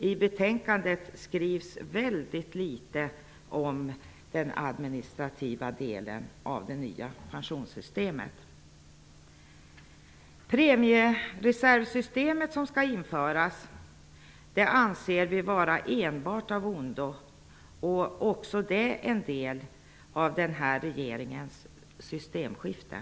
I betänkandet skrivs väldigt litet om den administrativa delen av det nya pensionssystemet. Det premiereservsystem som skall införas anser vi vara enbart av ondo och en del av den nuvarande regeringens systemskifte.